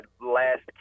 last